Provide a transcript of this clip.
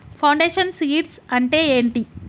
Foundation seeds అంటే ఏంటి?